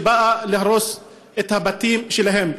שנועדה להרוס את הבתים שלהם.